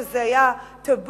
שזה היה טבו,